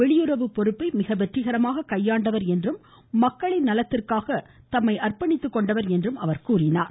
வெளியுறவு பொறுப்பை மிக வெற்றிகரமாக கையாண்டவர் என்றும் மக்களின் நலத்திற்காக தன்னை அர்ப்பணித்துக்கொண்டவர் என்றும் கூறியுள்ளார்